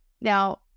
Now